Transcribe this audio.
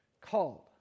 called